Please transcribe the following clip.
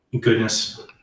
goodness